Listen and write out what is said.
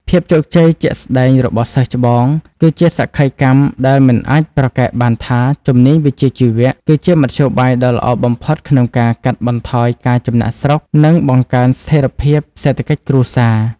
ភាពជោគជ័យជាក់ស្ដែងរបស់សិស្សច្បង គឺជាសក្ខីកម្មដែលមិនអាចប្រកែកបានថា «ជំនាញវិជ្ជាជីវៈ» គឺជាមធ្យោបាយដ៏ល្អបំផុតក្នុងការកាត់បន្ថយការចំណាកស្រុក និងបង្កើនស្ថិរភាពសេដ្ឋកិច្ចគ្រួសារ។